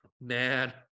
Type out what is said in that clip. Man